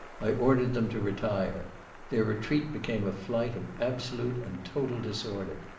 i ordered them to retire their retreat became a flight of absolute and total disorder.